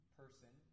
person